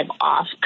off